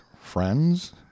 friends